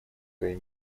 своей